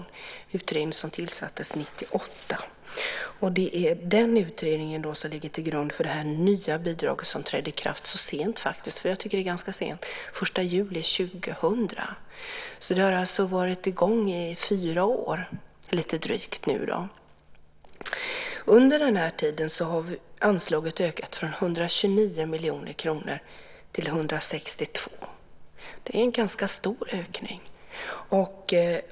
Det var en utredning som tillsattes 1998. Det är den som ligger till grund för det nya bidrag som trädde i kraft så sent som den 1 juli 2000 - det tycker jag är ganska sent. Det har alltså varit i gång i lite drygt fyra år nu. Under den här tiden har anslaget ökat från 129 miljoner kronor till 162 miljoner. Det är en ganska stor ökning.